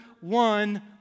One